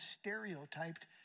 stereotyped